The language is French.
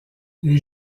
les